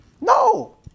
No